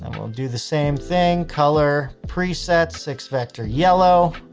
and we'll and do the same thing. color presets, six vector yellow,